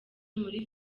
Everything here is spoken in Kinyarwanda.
muri